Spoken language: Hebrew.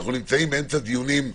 אנחנו נמצאים באמצע דיונים.